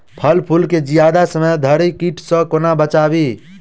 फल फुल केँ जियादा समय धरि कीट सऽ कोना बचाबी?